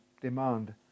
demand